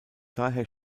daher